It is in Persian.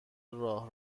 راه